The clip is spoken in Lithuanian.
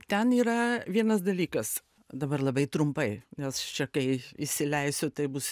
ten yra vienas dalykas dabar labai trumpai nes čia kai įsileisiu tai bus